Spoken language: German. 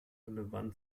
relevant